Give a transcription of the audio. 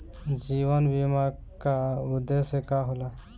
जीवन बीमा का उदेस्य का होला?